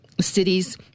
cities